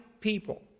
people